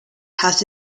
has